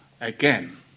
again